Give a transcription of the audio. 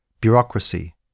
Bureaucracy